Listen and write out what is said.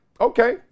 okay